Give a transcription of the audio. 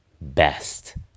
best